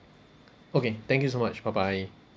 okay thank you so much bye bye